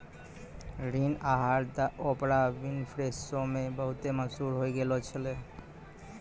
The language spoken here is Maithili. ऋण आहार द ओपरा विनफ्रे शो मे बहुते मशहूर होय गैलो छलै